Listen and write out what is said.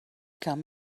come